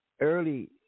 early